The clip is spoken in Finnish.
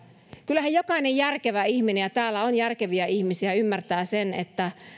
kyllähän jokainen järkevä ihminen ja täällä on järkeviä ihmisiä ymmärtää sen että